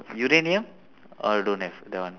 uranium oh don't have that one